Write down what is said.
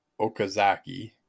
Okazaki